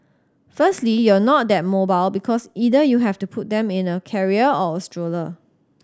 firstly you're not that mobile because either you have to put them in a carrier or a stroller